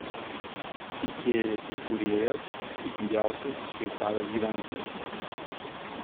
ikea įkūrėjas turtingiausias šveicarijos gyventojas